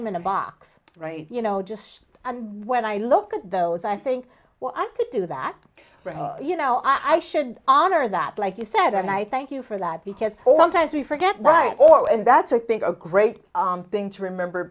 them in a box you know just and when i look at those i think what i could do that you know i should honor that like you said and i thank you for that because all times we forget right or and that's i think a great thing to remember